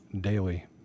Daily